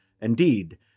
Indeed